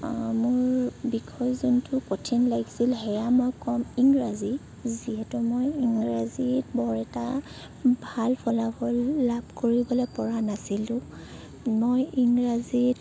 মোৰ বিষয় যোনটো কঠিন লাগিছিল সেয়া মই কম ইংৰাজী যিহেতো মই ইংৰাজীত বৰ এটা ভাল ফলাফল লাভ কৰিবলৈ পৰা নাছিলোঁ মই ইংৰাজীত